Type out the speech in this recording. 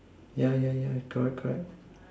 yeah yeah yeah correct correct